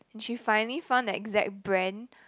and she finally found the exact brand